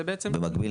במקביל,